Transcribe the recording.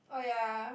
oh ya